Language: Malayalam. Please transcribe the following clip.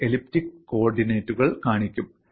ഞാൻ എലിപ്റ്റിക് കോർഡിനേറ്റുകൾ കാണിക്കും